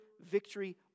victory